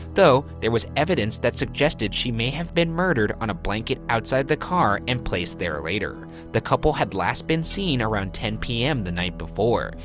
though there was evidence that suggested she may have been murdered on a blanket outside the car and placed there later. the couple had last been seen around ten p m. the night before,